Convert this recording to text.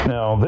Now